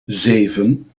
zeven